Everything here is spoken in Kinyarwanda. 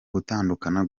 gutandukana